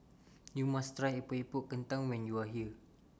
YOU must Try Epok Epok Kentang when YOU Are here